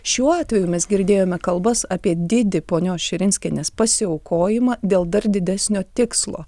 šiuo atveju mes girdėjome kalbas apie didį ponios širinskienės pasiaukojimą dėl dar didesnio tikslo